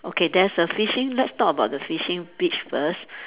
okay there's a fishing let's talk about the fishing beach first